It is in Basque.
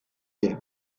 die